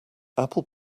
apple